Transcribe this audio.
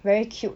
very cute